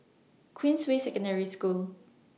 Queensway Secondary School